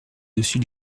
dessus